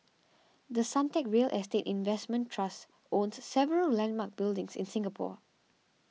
The Suntec real estate investment trust owns several landmark buildings in Singapore